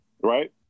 right